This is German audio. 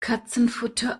katzenfutter